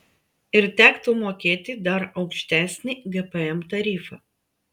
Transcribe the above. ir tektų mokėti dar aukštesnį gpm tarifą